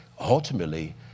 Ultimately